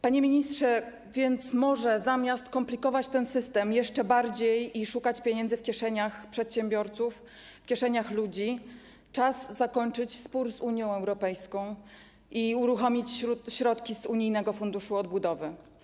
Panie ministrze, więc może zamiast komplikować ten system jeszcze bardziej i szukać pieniędzy w kieszeniach przedsiębiorców, w kieszeniach ludzi, czas zakończyć spór z Unią Europejską i uruchomić środki z Unijnego Funduszu Odbudowy?